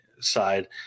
side